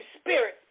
spirit